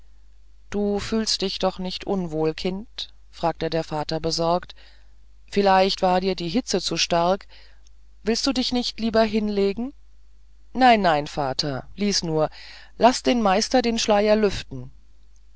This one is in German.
du fühlst dich doch nicht unwohl kind fragte der vater besorgt vielleicht war dir die hitze zu stark willst du dich nicht lieber hinlegen nein nein vater lies nur laß den meister den schleier lüften